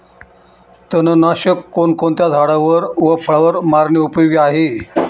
तणनाशक कोणकोणत्या झाडावर व फळावर मारणे उपयोगी आहे?